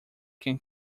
can